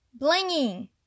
blinging